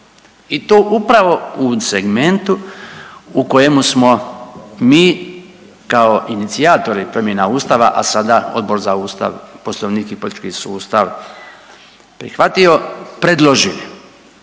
i to upravo u segmentu u kojemu smo mi kao inicijatori promjena ustava, a sada Odbor za ustav, poslovnik i politički sustav prihvatio, predložili,